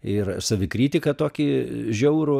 ir savikritiką tokį žiaurų